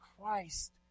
Christ